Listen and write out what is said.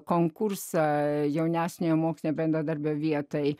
konkursą jaunesniojo mokslinio bendradarbio vietai